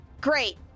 Great